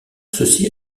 ceci